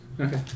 Okay